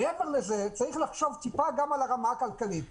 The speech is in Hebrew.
מעבר לזה, צריך לחשוב טיפה גם על הרמה הכלכלית.